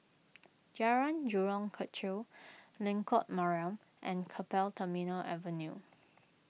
Jalan Jurong Kechil Lengkok Mariam and Keppel Terminal Avenue